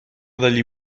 dagli